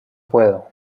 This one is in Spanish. puedo